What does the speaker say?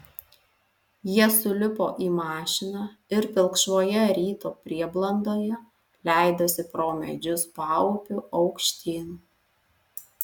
jie sulipo į mašiną ir pilkšvoje ryto prieblandoje leidosi pro medžius paupiu aukštyn